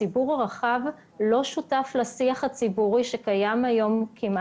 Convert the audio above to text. הציבור הרחב לא שותף כמעט לשיח הציבורי שקיים היום בנוגע